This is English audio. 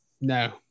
no